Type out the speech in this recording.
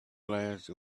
glance